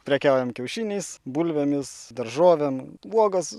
prekiaujam kiaušiniais bulvėmis daržovėm uogas